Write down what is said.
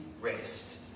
rest